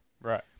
Right